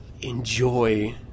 Enjoy